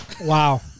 Wow